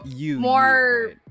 more